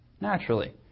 naturally